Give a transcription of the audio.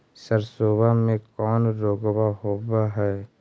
सरसोबा मे कौन रोग्बा होबय है?